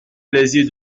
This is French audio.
plaisir